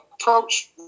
approach